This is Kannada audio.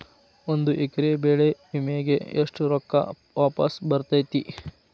ಒಂದು ಎಕರೆ ಬೆಳೆ ವಿಮೆಗೆ ಎಷ್ಟ ರೊಕ್ಕ ವಾಪಸ್ ಬರತೇತಿ?